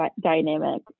dynamic